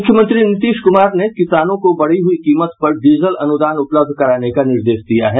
मुख्यमंत्री नीतीश कुमार ने किसानों को बढ़ी हुई कीमत पर डीजल अनुदान उपलब्ध कराने का निर्देश दिया है